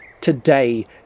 today